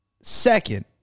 second